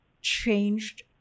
changed